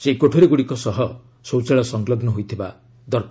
ସେହି କୋଠରିଗୁଡ଼ିକ ସହ ଶୌଚାଳୟ ସଂଲଗ୍ନ ହୋଇ ରହିଥିବା ଦରକାର